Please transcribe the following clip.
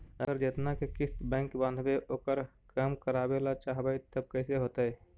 अगर जेतना के किस्त बैक बाँधबे ओकर कम करावे ल चाहबै तब कैसे होतै?